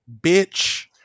Bitch